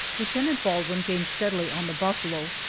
lieutenant baldwin gained steadily on the buffalo,